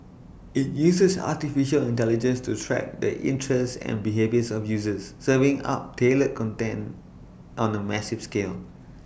IT uses Artificial Intelligence to track the interests and behaviour of users serving up tailored content on A massive scale